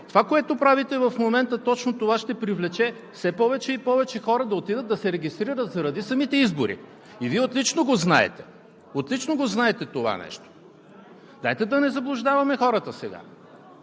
Това, което правите в момента, точно това ще привлече все повече и повече хора да отидат да се регистрират заради самите избори. Вие отлично го знаете. Отлично го знаете това нещо! Дайте да не заблуждаваме хората сега!